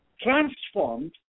transformed